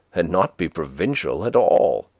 and not be provincial at all.